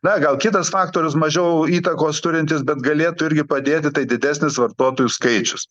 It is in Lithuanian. na gal kitas faktorius mažiau įtakos turintis bet galėtų irgi padėti tai didesnis vartotojų skaičius